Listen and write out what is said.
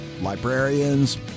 librarians